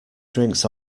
drinks